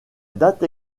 date